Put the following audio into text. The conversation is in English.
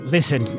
Listen